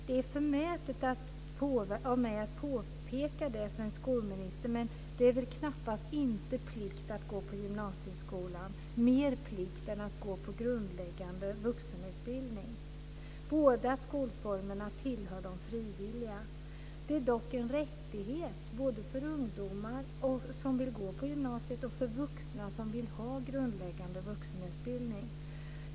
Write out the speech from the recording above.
Det är förmätet av mig att påpeka det för en skolminister. Men det är knappast plikt att gå gymnasieskolan, inte mer än att gå på grundläggande vuxenutbildning. Båda skolformerna tillhör de frivilliga. Det är dock en rättighet, både för ungdomar som vill gå på gymnasiet och för vuxna som vill ha grundläggande vuxenutbildning.